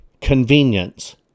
convenience